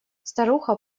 старуха